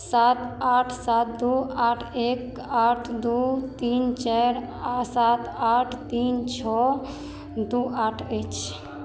सात आठ सात दू आठ एक आठ दू तीन चारि सात आठ तीन छओ दू आठ अछि